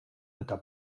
eta